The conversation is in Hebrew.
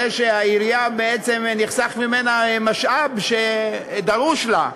הרי שהעירייה, בעצם נחסך ממנה משאב שדרוש לה,